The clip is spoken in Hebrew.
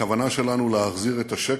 הכוונה שלנו היא להחזיר את השקט,